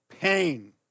pain